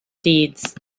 deeds